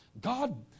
God